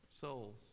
souls